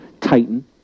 Titan